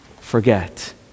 forget